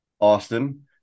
Austin